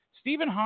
Stephen